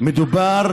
מדובר